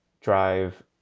drive